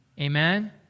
Amen